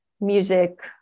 Music